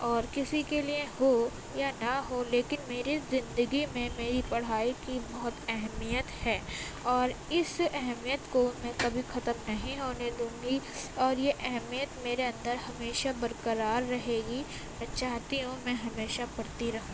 اور کسی کے لیے ہو یا نا ہو لیکن میری زندگی میں میری پڑھائی کی بہت اہمیت ہے اور اس اہمیت کو میں کبھی ختم نہیں ہونے دوں گی اور یہ اہمیت میرے اندر ہمیشہ برقرار رہے گی میں چاہتی ہوں میں ہمیشہ پڑھتی رہوں